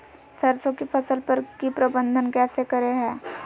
सरसों की फसल पर की प्रबंधन कैसे करें हैय?